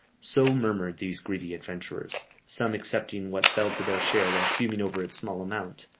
so murmured these greedy adventurers some accepting what fell to their share while fuming over its small amount,